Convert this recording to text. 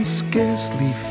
scarcely